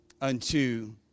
unto